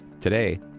Today